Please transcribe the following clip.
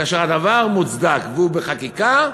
כאשר הדבר מוצדק והוא בחקיקה,